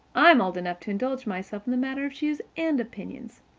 i'm old enough to indulge myself in the matter of shoes and opinions.